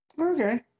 okay